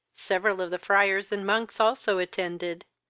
several of the friars and monks also attended.